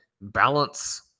balance